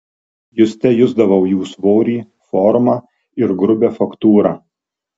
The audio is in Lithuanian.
juste jusdavau jų svorį formą ir grubią faktūrą